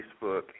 Facebook